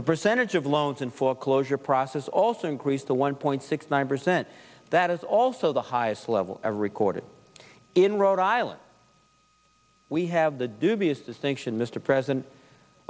the percentage of loans in foreclosure process also increased to one point six nine percent that is also the highest level ever recorded in rhode island we have the dubious distinction mr president